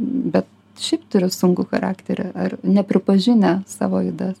bet šiaip turi sunkų charakterį ar nepripažinę savo ydas